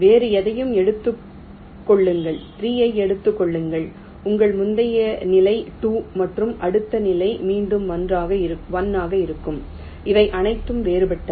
வேறு எதையும் எடுத்துக் கொள்ளுங்கள் 3 ஐ எடுத்துக் கொள்ளுங்கள் உங்கள் முந்தைய நிலை 2 மற்றும் அடுத்த நிலை மீண்டும் 1 ஆக இருக்கும் இவை அனைத்தும் வேறுபட்டவை